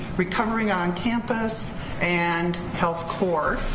recovering on campus and health core,